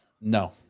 No